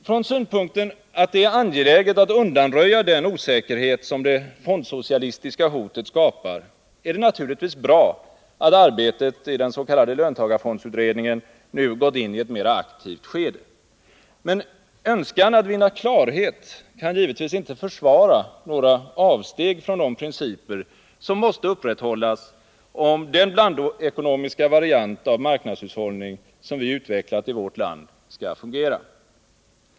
Från synpunkten att det är angeläget att undanröja den osäkerhet som det fondsocialistiska hotet skapar, är det naturligtvis bra att arbetet i den s.k. löntagarfondsutredningen nu gått in i ett mera aktivt skede. Men önskan att vinna klarhet kan givetvis inte försvara några avsteg från de principer som måste upprätthållas, om den blandekonomiska variant av marknadshushållning som vi utvecklat i vårt land skall fungera.